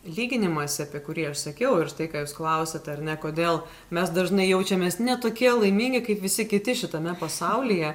lyginimąsi apie kurį aš sakiau ir štai ką jūs klausėt ar ne kodėl mes dažnai jaučiamės ne tokie laimingi kaip visi kiti šitame pasaulyje